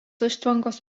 užtvankos